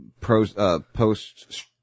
Post